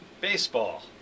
Baseball